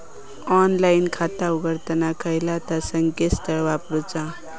Online खाता उघडताना खयला ता संकेतस्थळ वापरूचा?